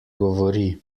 govori